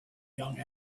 young